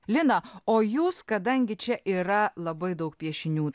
lina o jūs kadangi čia yra labai daug piešinių